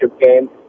game